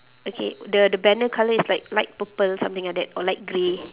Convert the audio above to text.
okay the the banner colour is like light purple something like that or light grey